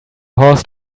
horse